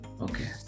Okay